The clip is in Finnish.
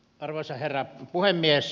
arvoisa herra puhemies